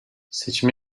seçim